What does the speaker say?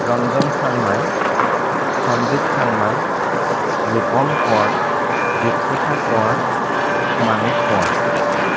Ranjan Changmai Sanjeev Changmai Rupam Konwar Dipshikha Konwar Manik Konwar